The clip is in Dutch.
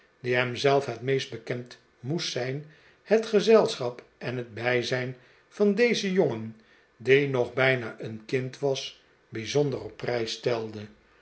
die hem zelf het beste bekend moest zijn het gezelschap en het bijzijn van dezen jongen die nog bijna een kind was bijzonder op prijs stelde